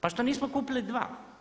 Pa što nismo kupili dva?